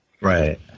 Right